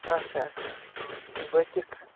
اَچھا اَچھا بٲکِرخانہِ